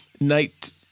night